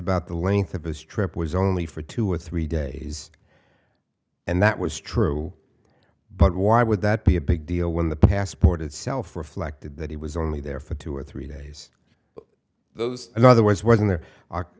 about the length of his trip was only for two or three days and that was true but why would that be a big deal when the passport itself reflected that he was only there for two or three days those in other words where there are